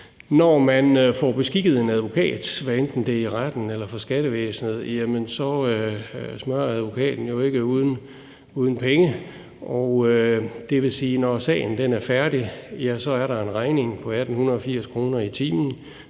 Når man får beskikket en advokat, hvad end det er i retten eller i forbindelse med skattevæsenet, smøres advokaten jo ikke uden penge . Det vil sige, at når sagen er færdig, er der en regning på 1.880 kr. i timen